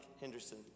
Henderson